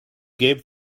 gave